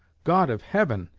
god of heaven!